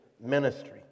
ministry